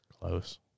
close